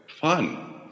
Fun